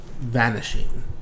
vanishing